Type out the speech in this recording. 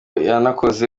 yanakoze